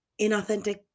Inauthentic